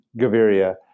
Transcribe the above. Gaviria